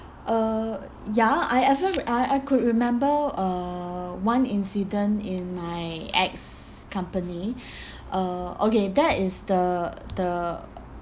uh ya I ever I I could remember uh one incident in my ex company uh okay that is the the